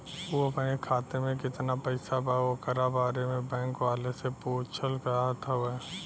उ अपने खाते में कितना पैसा बा ओकरा बारे में बैंक वालें से पुछल चाहत हवे?